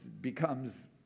becomes